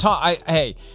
hey